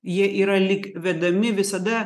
jie yra lyg vedami visada